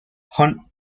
hunt